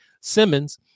Simmons